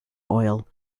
oil